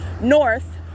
north